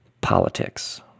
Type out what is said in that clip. politics